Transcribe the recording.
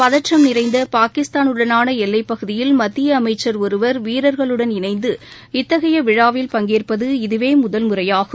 பதற்றம் நிறைந்த பாகிஸ்தான் உடனான எல்லைப் பகுதியில் மத்திய அமைச்சர் ஒருவர் வீரர்களுடன் இணைந்து இத்தகைய விழாவில் பங்கேற்பது இதுவே முதல் முறையாகும்